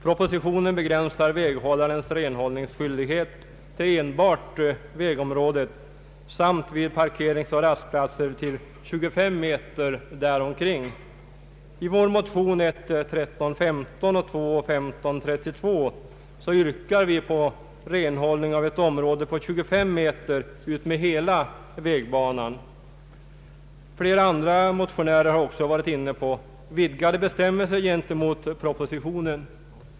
Propositionen begränsar väghållarens renhållningsskyldighet till enbart vägområdet samt vid parkeringsoch rastplatser till 25 meter däromkring. I våra motioner 1:1315 och II: 1532 yrkar vi på renhållning av ett område på 25 meter utmed hela vägbanan. Flera andra motionärer har också föreslagit vidgade bestämmelser i förhållande till propositionens förslag.